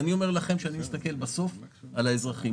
אני אומר לכם שאני מסתכל בסוף על האזרחים.